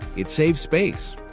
it saves space.